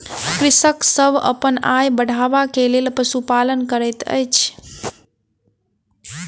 कृषक सभ अपन आय बढ़बै के लेल पशुपालन करैत अछि